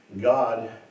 God